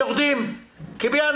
ואז משרד הבריאות בודק האם באמת יש תיאום.